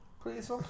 Please